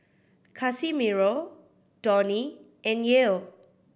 Casimiro Donny and Yael